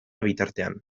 bitartean